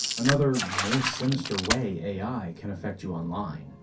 another, more sinister way ai can affect you online.